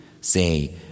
Say